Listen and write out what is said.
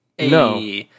No